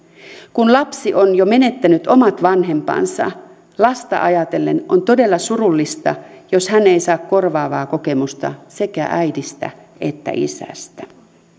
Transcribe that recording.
kun lapsi on jo menettänyt omat vanhempansa lasta ajatellen on todella surullista jos hän ei saa korvaavaa kokemusta sekä äidistä että isästä